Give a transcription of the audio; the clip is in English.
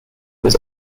was